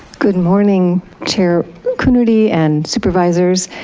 good morning chair coonerty and supervisors.